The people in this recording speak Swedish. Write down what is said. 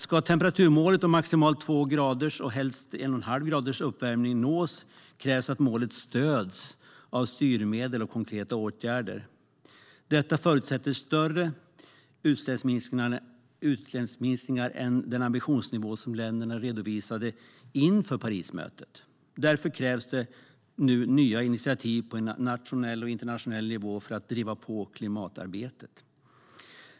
Ska temperaturmålet om maximalt 2 graders och helst 1,5 graders uppvärmning nås krävs att målet stöds med hjälp av styrmedel och konkreta åtgärder. Detta förutsätter större utsläppsminskningar än enligt den ambitionsnivå som länderna redovisade inför Parismötet. Därför krävs det nu nya initiativ på nationell och internationell nivå för att driva på klimatarbetet.